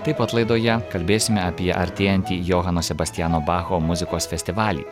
taip pat laidoje kalbėsime apie artėjantį johano sebastiano bacho muzikos festivalį